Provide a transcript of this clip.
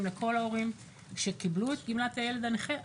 לכל ההורים שקיבלו את גמלת הילד הנכה,